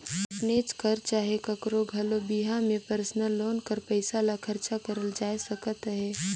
अपनेच कर चहे काकरो घलो बिहा में परसनल लोन कर पइसा ल खरचा करल जाए सकत अहे